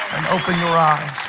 open your ah